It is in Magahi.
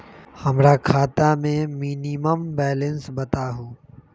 हमरा खाता में मिनिमम बैलेंस बताहु?